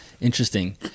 Interesting